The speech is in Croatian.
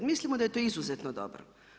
Mislimo da je to izuzetno dobro.